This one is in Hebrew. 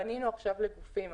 פנינו עכשיו לגופים.